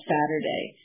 Saturday